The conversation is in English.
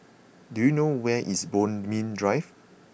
do you know where is Bodmin Drive